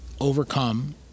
overcome